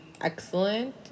excellent